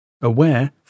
Aware